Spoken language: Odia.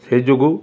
ସେ ଯୋଗୁଁ